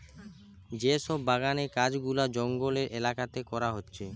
যে সব বাগানের কাজ গুলা জঙ্গলের এলাকাতে করা হচ্ছে